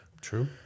True